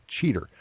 Cheater